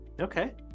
Okay